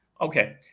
Okay